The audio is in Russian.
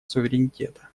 суверенитета